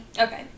Okay